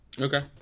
Okay